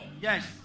Yes